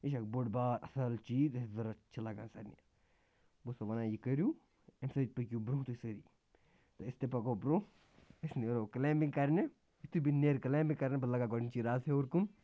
یہِ چھِ اَکھ بوٚڈ بار اَصٕل چیٖز اَسہِ ضوٚرَتھ چھِ لَگان سارنِین بہٕ اوسو وَنان یہِ کٔرِو اَمہِ سۭتۍ پٔکِو برٛونٛہہ تُھۍ سٲری تہٕ أسۍ تہِ پَکو برونٛہہ أسۍ نیرو کلایمبِنٛگ کَرنہِ یُتھُے بہٕ نیرٕ کلایمبِنٛگ کَرنہِ بہٕ لَگ گۄڈنچی رَز ہیوٚر کُن